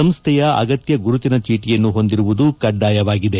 ಸಂಸ್ಥೆಯ ಅಗತ್ಯ ಗುರುತಿನ ಚೀಟಿಯನ್ನು ಹೊಂದಿರುವುದು ಕಡ್ಡಾಯವಾಗಿದೆ